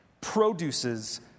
produces